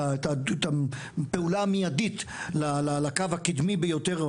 את הפעולה המיידית לקו הקדמי ביותר,